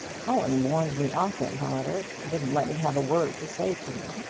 cullen warned me off him, however wouldn't let me have a word to say to him.